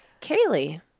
Kaylee